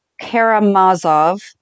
Karamazov